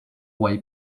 while